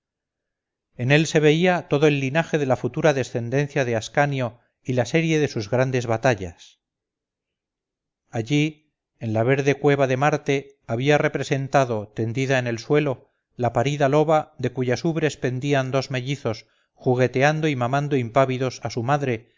en él se veía todo el linaje de la futura descendencia de ascanio y la serie de sus grandes batallas allí en la verde cueva de marte había representado tendida en el suelo la parida loba de cuyas ubres pendían dos mellizos jugueteando y mamando impávidos a su madre